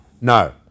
No